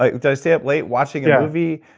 i stay up late watching a movie?